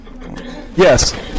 Yes